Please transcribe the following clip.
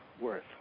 worth